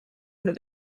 under